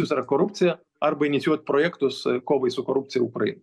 jus yra korupcija arba inicijuot projektus kovai su korupcija ukrainoj